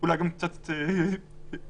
גם קצת סטטיסטי,